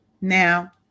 Now